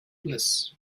bliss